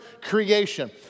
creation